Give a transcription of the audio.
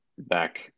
back